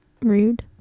Rude